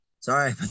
Sorry